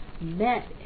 met